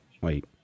Wait